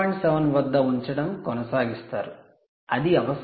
7 వద్ద ఉంచడం కొనసాగిస్తారు అది అవసరం